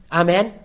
amen